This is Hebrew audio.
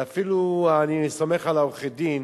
ואפילו אני סומך על עורכי-הדין